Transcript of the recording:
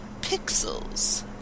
Pixels